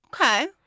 Okay